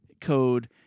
code